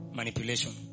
manipulation